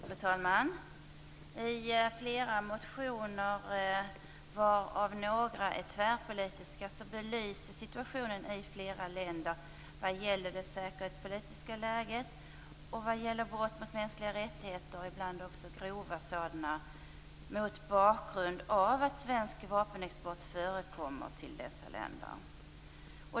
Fru talman! I flera motioner, varav några tvärpolitiska, belyses situationen i flera länder vad gäller det säkerhetspolitiska läget och brott mot mänskliga rättigheter, ibland också grova sådana, mot bakgrund av att svensk vapenexport förekommer till dessa länder.